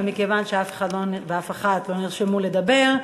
ומכיוון שאף אחד ואף אחת לא נרשמו לדבר,